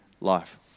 life